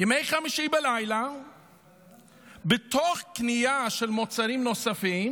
בימי חמישי בלילה ותוך כדי קנייה של מוצרים נוספים